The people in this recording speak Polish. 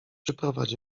przyprowadź